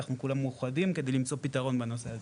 אנחנו כולם מאוחדים כדי למצוא פתרון בנושא הזה.